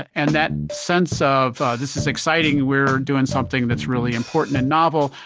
and that sense of this is exciting, we're doing something that's really important and novel,